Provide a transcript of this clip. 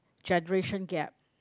generation gap